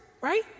right